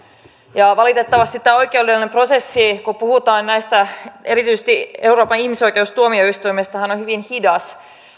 valitettavasti tämä oikeudellinen prosessihan kun puhutaan näistä ja erityisesti euroopan ihmisoikeustuomioistuimesta on on hyvin hidas